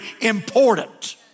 important